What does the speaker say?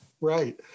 Right